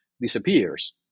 disappears